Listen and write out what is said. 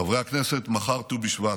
חברי הכנסת, מחר ט"ו בשבט.